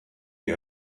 die